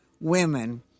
women